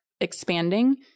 expanding